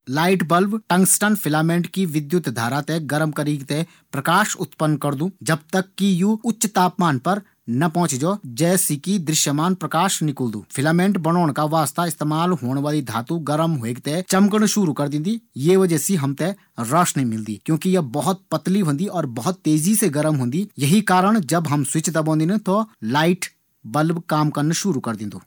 Light bulb tungsten filament की विद्युत् धारा थें गर्म करीक थें प्रकाश उत्पन्न करदु। ज़ब तक की यु उच्च तापमान पर ना पौछी जौ। जै से कि दृश्यमान प्रकाश निकल्दू। फिलामेंट थें बणोंण मा प्रयुक्त धातु गर्म ह्वे थें चमकणु शुरू कर देंदी। ये वजह से हम थें रौशनी मिलदी। क्योंकि या बहुत तेजी से गर्म होंदी। येही कारण सी ज़ब हम स्विच दबोंदिन त लाइट बल्ब काम करनू शुरू कर दीन्दीन।